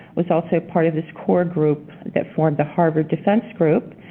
was also part of this core group that formed the harvard defense group.